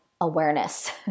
awareness